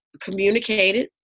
communicated